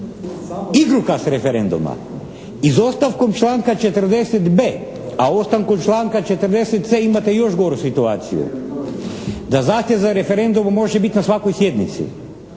igrokaz referenduma. Izostavkom članka 40.b a ostankom članka 40.c imate još goru situaciju, da zahtjev za referendumom može biti na svakoj sjednici.